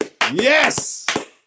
Yes